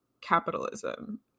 capitalism